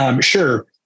Sure